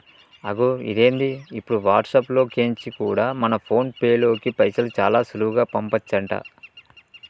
అగొ ఇదేంది ఇప్పుడు వాట్సాప్ లో కెంచి కూడా మన ఫోన్ పేలోకి పైసలు చాలా సులువుగా పంపచంట